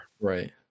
Right